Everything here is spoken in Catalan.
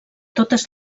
totes